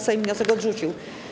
Sejm wniosek odrzucił.